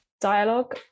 dialogue